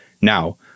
Now